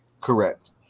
Correct